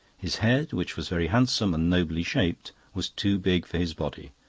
his head, which was very handsome and nobly shaped, was too big for his body,